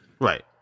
Right